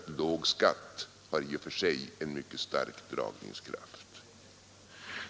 Låg skatt har nämligen i sig en mycket stark dragningskraft.